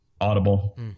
Audible